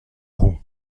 roux